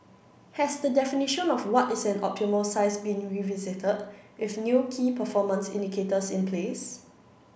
has the definition of what is an optimal size been revisited with new key performance indicators in place